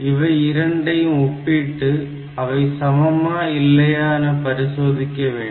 இவை இரண்டையும் ஒப்பிட்டு அவை சமமா இல்லையா என பரிசோதிக்க வேண்டும்